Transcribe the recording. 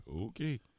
Okay